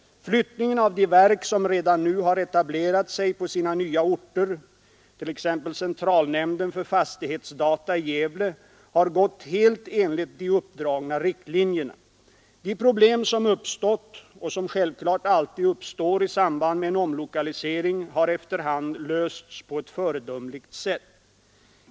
Flyttningen av de verk som redan nu har etablerat sig på sina nya orter, t.ex. centralnämnden för fastighetsdata i Gävle, har gått helt enligt de uppdragna riktlinjerna. De problem som uppstått — och som självklart alltid uppstår i samband med en omlokalisering — har efter hand lösts på ett föredömligt sätt.